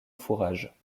fourrage